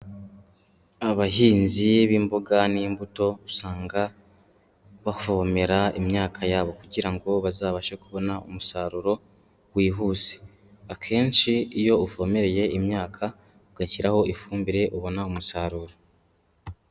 Abahinzi b'imboga n'imbuto usanga bavomera imyaka yabo kugira ngo bazabashe kubona umusaruro wihuse. Akenshi iyo uvomerereye imyaka ugashyiraho ifumbire ubona umusaruro.